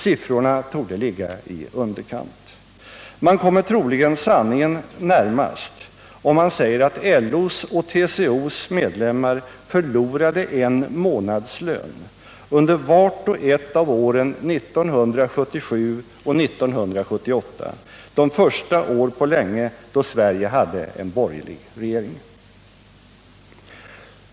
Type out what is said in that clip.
Siffrorna torde ligga i underkant. Man kommer troligen sanningen närmast om man säger att LO:s och TCO:s medlemmar förlorade en månadslön under vart och ett av åren 1977 och 1978, de första år på länge då Sverige hade en borgerlig regering.